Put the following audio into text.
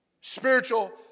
Spiritual